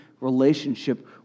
relationship